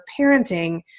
parenting